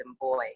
boy